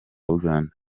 uganda